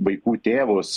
vaikų tėvus